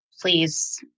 please